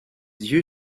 you